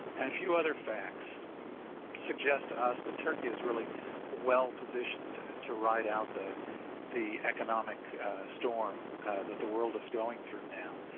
few other facts suggest to us that turkey is really well positioned to ride out the the economic storm that the world is going through now.